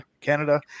Canada